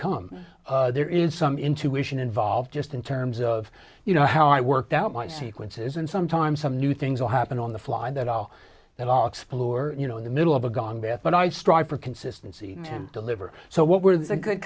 come there is some intuition involved just in terms of you know how i work out my sequences and sometimes some new things will happen on the fly that i'll then i'll explore you know in the middle of a gone bad but i strive for consistency and deliver so what were the good